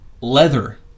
Leather